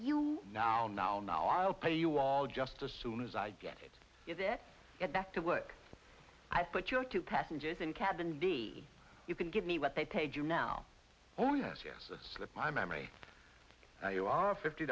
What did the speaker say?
you now now now i'll pay you all just as soon as i get it is it get back to work i put your two passengers in cabin b you can give me what they paid you now only yes yes slipped my memory now you are fifty